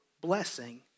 blessing